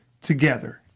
together